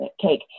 cake